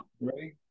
Ready